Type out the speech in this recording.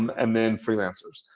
and then freelancers.